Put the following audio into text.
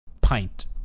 pint